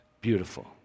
Beautiful